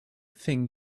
thing